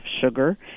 sugar